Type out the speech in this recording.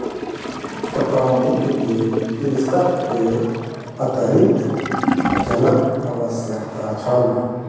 पटौनीक लेल कृषक के अतरिक्त जलक आवश्यकता छल